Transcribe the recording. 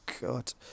God